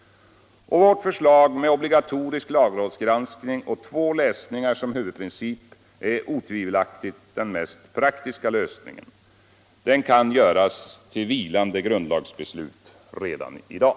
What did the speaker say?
Vårt förslag med obligatorisk lagrådsgranskning och två läsningar som huvudprincip är otvivelaktigt den mest praktiska lösningen. Den kan göras till vilande grundlagsbeslut redan i dag.